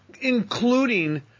including